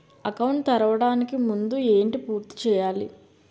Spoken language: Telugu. అకౌంట్ తెరవడానికి ముందు ఏంటి పూర్తి చేయాలి?